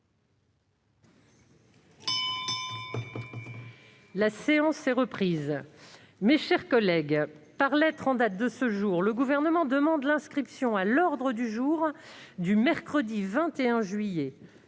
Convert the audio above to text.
La séance est reprise. Mes chers collègues, par lettre en date de ce jour, le Gouvernement demande l'inscription à l'ordre du jour du mercredi 21 juillet,